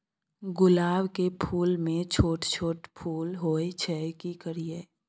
गुलाब के फूल में छोट छोट फूल होय छै की करियै?